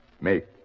make